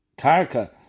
karka